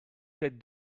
sept